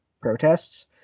protests